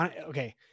Okay